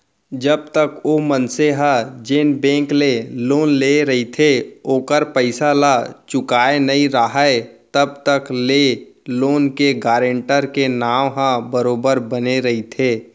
जब तक ओ मनसे ह जेन बेंक ले लोन लेय रहिथे ओखर पइसा ल चुकाय नइ राहय तब तक ले लोन के गारेंटर के नांव ह बरोबर बने रहिथे